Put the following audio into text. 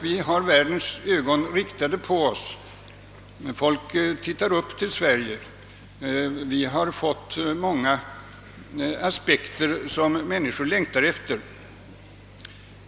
Vi har världens ögon riktade på oss; folk ser upp till Sverige. Vi har fått mycket som andra människor längtar efter.